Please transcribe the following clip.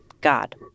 God